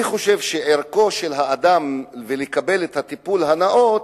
אני חושב שזכותו של האדם לקבל טיפול נאות,